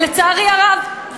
ולצערי הרב,